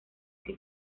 que